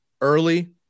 early